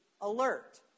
alert